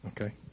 Okay